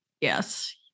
yes